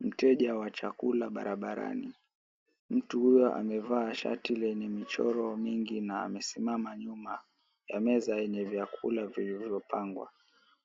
Mteja wa chakula barabarani. Mtu huyo amevaa shati lenye michoro mingi na amesimama nyuma ya meza yenye vyakula vilivyopangwa.